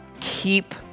keep